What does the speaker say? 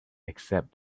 except